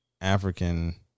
African